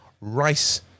Rice